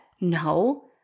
No